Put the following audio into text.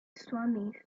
swami